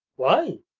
why?